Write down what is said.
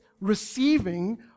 receiving